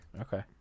Okay